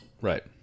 right